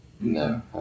No